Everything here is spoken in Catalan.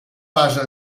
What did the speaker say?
basa